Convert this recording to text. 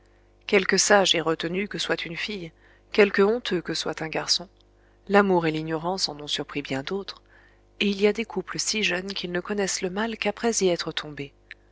quelque sage et retenue que soit une fille quelque honteux que soit un garçon l'amour et l'ignorance en ont surpris bien d'autres et il y a des couples si jeunes qu'ils ne connaissent le mal qu'après y être tombés